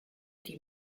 die